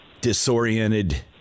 disoriented